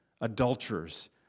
adulterers